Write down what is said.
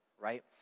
right